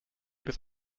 bis